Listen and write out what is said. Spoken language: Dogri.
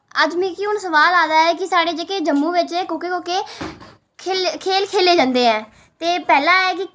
अज्ज मिगी हून सोआल आ दा ऐ कि साढ़े जेह्के जम्मू बिच कोह्के कोह्के खेल खे'ल्ले जंदे ऐ ते पैह्लें ऐ कि